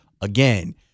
Again